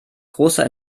großer